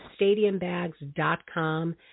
stadiumbags.com